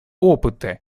опыта